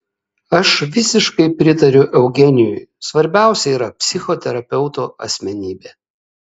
aš visiškai pritariu eugenijui svarbiausia yra psichoterapeuto asmenybė